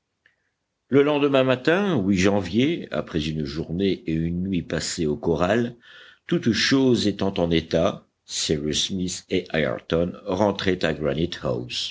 le lendemain matin janvier après une journée et une nuit passées au corral toutes choses étant en état cyrus smith et ayrton rentraient à